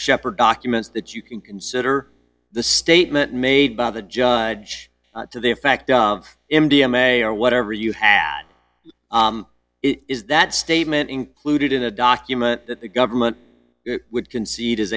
sheppard documents that you can consider the statement made by the judge to the effect of m d m a or whatever you have is that statement included in a document that the government would concede is